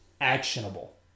actionable